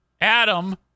Adam